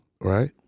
Right